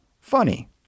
funny